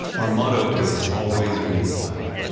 our motto is always read the plaque.